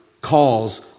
calls